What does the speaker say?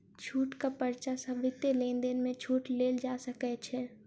छूटक पर्चा सॅ वित्तीय लेन देन में छूट लेल जा सकै छै